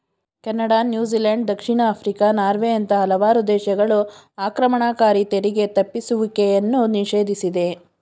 Canada, New Zealand, ದಕ್ಷಿಣ Africa, ನಾರ್ವೆಯಂತ ಹಲವಾರು ದೇಶಗಳು ಆಕ್ರಮಣಕಾರಿ ತೆರಿಗೆ ತಪ್ಪಿಸುವಿಕೆಯನ್ನು ನಿಷೇಧಿಸಿದೆ